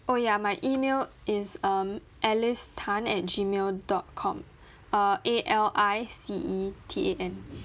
oh ya my email is um alice tan at gmail dot com uh A L I C E T A N